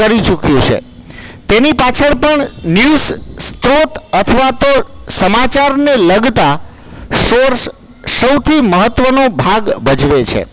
કરી ચૂક્યું છે તેની પાછળ પણ ન્યુઝ અથવા તો સમાચારને લગતા સોર્સ સૌથી મહત્વનો ભાગ ભજવે છે